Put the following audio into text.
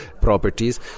properties